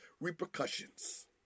repercussions